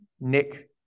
Nick